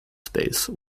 space